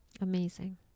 amazing